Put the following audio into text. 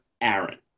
Aaron